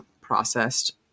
processed